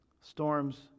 storms